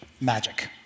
magic